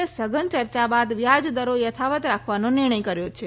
એ સઘન ચર્ચા બાદ વ્યાજદરો યથાવત રાખવાનો નિર્ણય કર્યો છે